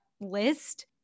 list